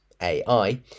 AI